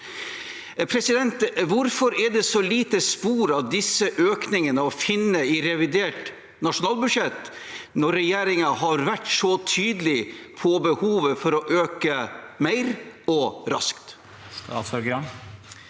raskere. Hvorfor er det så lite spor å finne av disse økningene i revidert nasjonalbudsjett, når regjeringen har vært så tydelig på behovet for å øke mer og raskt?